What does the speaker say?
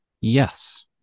Yes